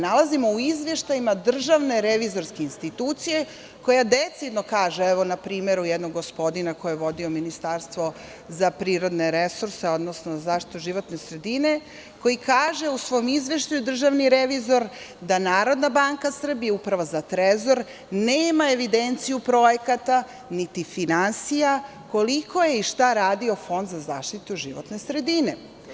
Nalazimo u izveštajima DRI koja decidno kaže, evo na primeru jednog gospodina koji je vodio Ministarstvo za prirodne resurse, odnosno zaštitu životne sredine, a koji kaže u svoj izveštaju da Narodna banka Srbije, Uprava za trezor nema evidenciju projekata, niti finansija koliko je i šta radio Fond za zaštitu životne sredine.